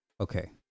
okay